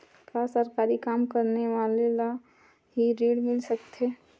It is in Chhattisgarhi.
का सरकारी काम करने वाले ल हि ऋण मिल सकथे?